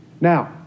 Now